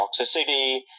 toxicity